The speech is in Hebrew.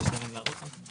להראות לכם.